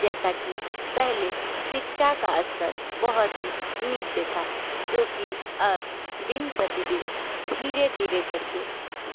जैसा कि पहले शिक्षा का स्तर बहुत ही नीचे था जोकि अब दिन प्रतिदिन धीरे धीरे करके